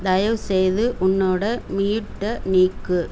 தயவுசெய்து உன்னோடைய மியூட்டை நீக்கு